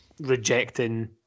rejecting